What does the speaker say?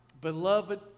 beloved